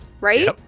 right